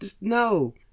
no